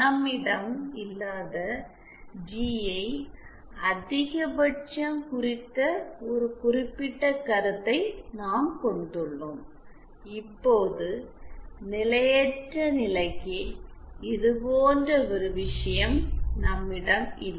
நம்மிடம் இல்லாத ஜிஐ அதிகபட்சம் குறித்த ஒரு குறிப்பிட்ட கருத்தை நாம் கொண்டுள்ளோம் இப்போது நிலையற்ற நிலைக்கு இதுபோன்ற ஒரு விஷயம் நம்மிடம் இல்லை